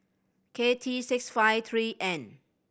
K T six five three N